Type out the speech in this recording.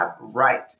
right